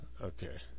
Okay